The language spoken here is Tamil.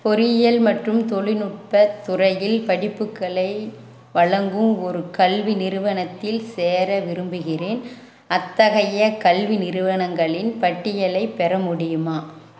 பொறியியல் மற்றும் தொழில்நுட்பத் துறையில் படிப்புக்களை வழங்கும் ஒரு கல்வி நிறுவனத்தில் சேர விரும்புகிறேன் அத்தகைய கல்வி நிறுவனங்களின் பட்டியலைப் பெற முடியுமா